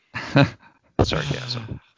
Sarcasm